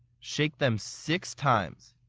shake them six times.